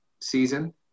season